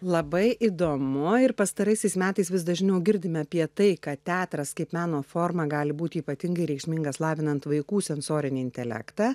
labai įdomu ir pastaraisiais metais vis dažniau girdime apie tai ka teatras kaip meno forma gali būti ypatingai reikšmingas lavinant vaikų sensorinį intelektą